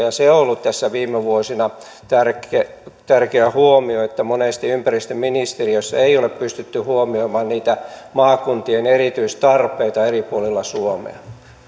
on ollut tässä viime vuosina tärkeä tärkeä huomio että monesti ympäristöministeriössä ei ole pystytty huomioimaan niitä maakuntien erityistarpeita eri puolilla suomea